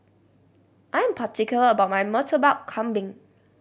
I'm particular about my Murtabak Kambing